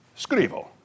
Scrivo